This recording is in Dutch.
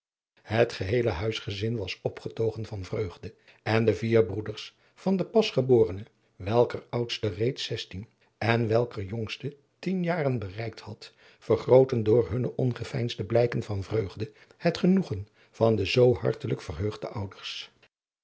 het geheele huisgezin was opgetogen van vreugde en de vier broeders van de pas geborene welker oudste reeds zestien en welker jongste tien jaren bereikt had vergrootten door hunne ongeveinsde blijken van vreugde het genoegen van de zoo hartelijk verheugde ouders